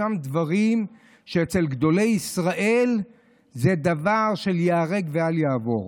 ישנם דברים שאצל גדולי ישראל זה דבר של ייהרג ואל יעבור.